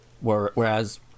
whereas